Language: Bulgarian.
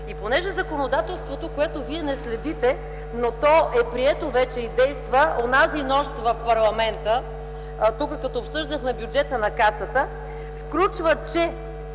И понеже законодателството, което Вие не следите, но то е прието и вече действа. Онази нощ в парламента, когато обсъждахме бюджета на Касата, в